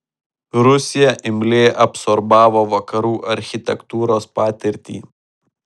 rusija imliai absorbavo vakarų architektūros patirtį